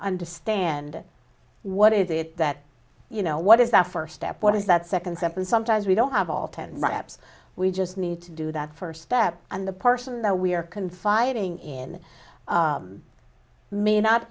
understand what it is that you know what is the first step what is that second step and sometimes we don't have all ten wraps we just need to do that first step and the person that we are confiding in may not